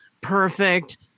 perfect